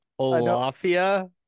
Olafia